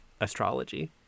astrology